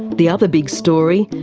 the other big story,